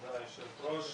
תודה, היושבת ראש.